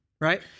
Right